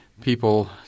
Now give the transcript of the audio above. people –